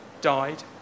died